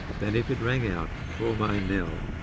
than if it rang out for my knell.